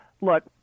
look